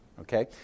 Okay